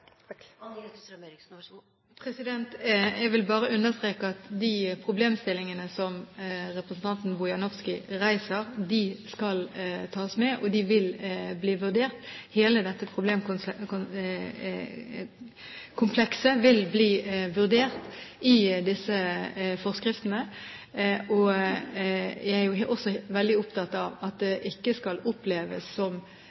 problemstillingene som representanten Gunstveit Bojanowski reiser, skal tas med, og vil bli vurdert. Hele dette problemkomplekset vil bli vurdert i forskriftene. Jeg er også veldig opptatt av at